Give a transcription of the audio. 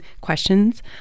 questions